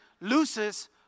loses